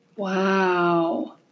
Wow